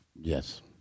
Yes